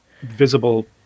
visible